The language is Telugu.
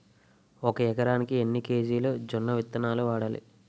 ఒక ఎకరానికి ఎన్ని కేజీలు జొన్నవిత్తనాలు వాడాలి?